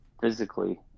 physically